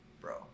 bro